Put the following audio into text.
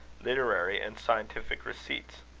literary, and scientific receipts.